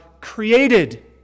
created